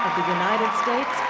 the united states,